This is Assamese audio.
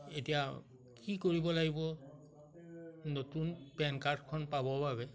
এতিয়া কি কৰিব লাগিব নতুন পেন কাৰ্ডখন পাবৰ বাবে